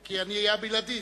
כי אני אהיה הבלעדי.